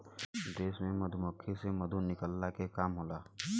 देश में मधुमक्खी से मधु निकलला के काम होला